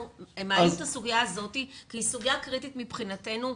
אנחנו מעלים את הסוגיה הזאת כי היא סוגיה קריטית מבחינתנו.